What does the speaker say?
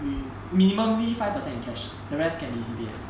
you minimally five percent in cash the rest can easily